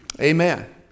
Amen